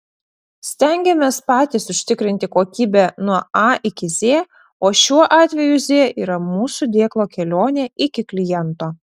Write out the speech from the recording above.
stengiamės patys užtikrinti kokybę nuo a iki z o šiuo atveju z yra mūsų dėklo kelionė iki kliento